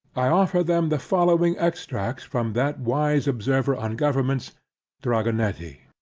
i offer them the following extracts from that wise observer on governments dragonetti.